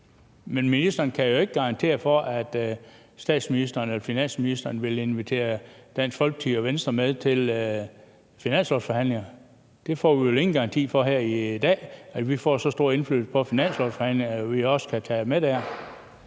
men ministeren kan jo ikke garantere for, at statsministeren eller finansministeren vil invitere Dansk Folkeparti og Venstre med til finanslovsforhandlingerne. Det får vi vel ingen garanti for her i dag, altså at vi får så stor indflydelse på finanslovsforhandlingerne, at vi kan tage det med der.